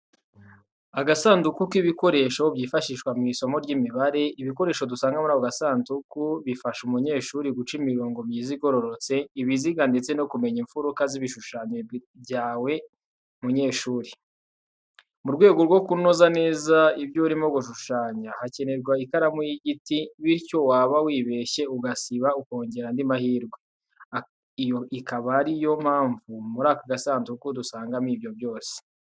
Agasanduku k’ibikoresho byifashishwa mu isomo ry’imibare. Ibikoresho dusanga muri ako gasanduku bifasha umunyeshuri guca imirongo myiza igororotse, ibiziga ndetse no kumenya imfuruka z’ibishushanyo byawe munyeshuri. Mu rwego rwo kunoza neza ibyo urimo gushushanya hakenerwa ikaramu y’igiti, bityo waba wibeshye ugasiba ukongera andi mahirwe, iyo akaba ari yo mpamvu muri ako gasanduku dusangamo ibyo byose.